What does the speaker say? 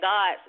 God